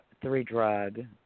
three-drug